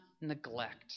neglect